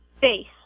face